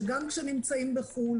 שגם כשהם נמצאים בחו"ל,